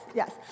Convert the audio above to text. yes